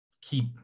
keep